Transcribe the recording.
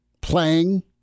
playing